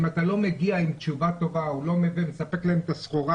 אם אתה לא מגיע עם תשובה טובה או מספק לך את הסחורה